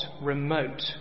remote